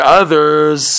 others